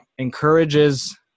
encourages